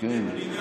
כך